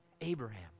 Abraham